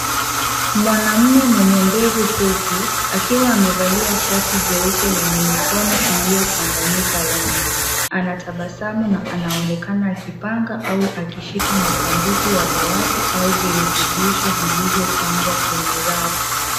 Mwanaume mwenye ndevu fupi akiwa amevalia shati jeupe lenye mikono iliyochanganyika rangi anatabasamu na anaonekana akipanga au akishika masanduku ya dawati au virutubisho vilivyopangwa kwenye rafu.